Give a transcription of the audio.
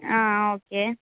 ஆஆ okay